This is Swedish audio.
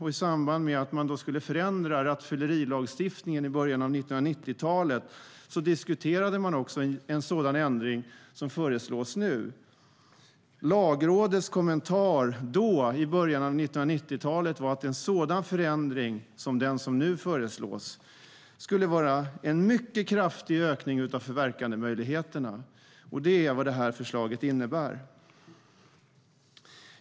I samband med att man skulle förändra rattfyllerilagstiftningen i början av 1990-talet diskuterade man också en sådan ändring som nu föreslås. Lagrådets kommentar då i början av 1990-talet var att en sådan förändring som den som nu föreslås skulle innebära en mycket kraftig ökning av förverkandemöjligheterna. Det är vad detta förslag innebär.